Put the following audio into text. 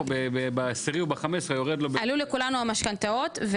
בעשירי או ב-15 לחודש --- עלו לכולנו המשכנתאות.